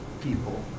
people